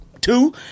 two